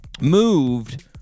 moved